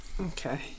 Okay